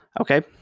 Okay